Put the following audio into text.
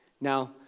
Now